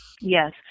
Yes